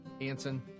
Anson